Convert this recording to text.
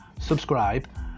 subscribe